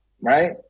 right